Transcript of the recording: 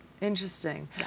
Interesting